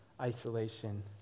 isolation